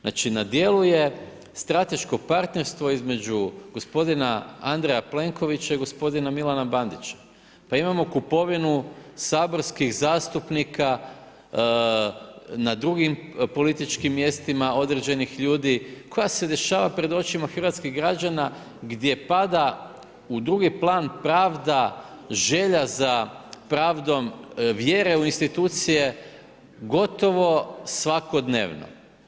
Znači na djelu je strateško partnerstvo između gospodina Andreja Plenkovića i gospodina Milana Bandića, pa imamo kupovinu saborskih zastupnika na drugim političkim mjestima određenih ljudi, koja se dešava pred očima hrvatskih građana, gdje pada u drugi plan pravda, želja za pravdom, vjere u institucije, gotovo svakodnevno.